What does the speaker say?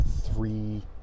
three